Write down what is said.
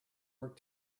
work